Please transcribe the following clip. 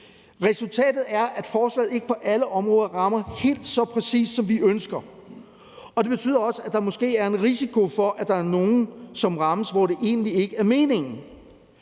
Resultatet er, at forslaget ikke på alle områder rammer helt så præcist, som vi ønsker, og det betyder også, at der måske er en risiko for, at der er nogen, som rammes, hvor det egentlig ikke er meningen.